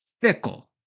Fickle